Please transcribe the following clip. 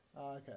Okay